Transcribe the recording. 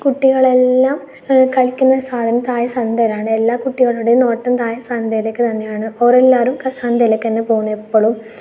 കുട്ടികളെല്ലാം കളിക്കുന്ന സാധനം താഴെ സന്തയിലാണ് എല്ലാ കുട്ടികളുടെയും നോട്ടം താഴെ സന്തയിലേക്ക് തന്നെയാണ് ഓരെല്ലാവരും സന്തയിലേക്ക് തന്നെ പോകുന്നെപ്പോഴും